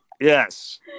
Yes